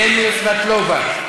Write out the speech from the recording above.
קסניה סבטלובה,